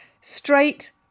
straight